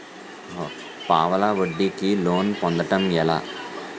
పావలా వడ్డీ కి లోన్ పొందటం ఎలా?